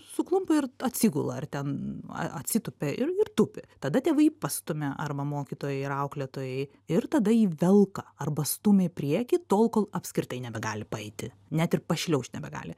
suklumpa ir atsigula ar ten atsitupia ir ir tupi tada tėvai pastumia arba mokytojai ir auklėtojai ir tada jį velka arba stumia į priekį tol kol apskritai nebegali paeiti net ir pašliaužt nebegali